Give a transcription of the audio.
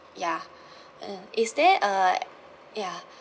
ya uh is there uh ya